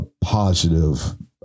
positive